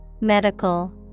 Medical